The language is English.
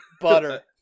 Butter